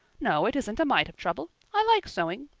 no, it isn't a mite of trouble. i like sewing.